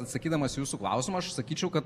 atsakydamas į jūsų klausimą aš sakyčiau kad